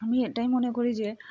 আমি এটাই মনে করি যে